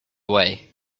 way